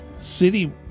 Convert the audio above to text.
City